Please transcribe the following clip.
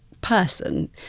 person